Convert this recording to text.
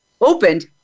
opened